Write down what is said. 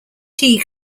tea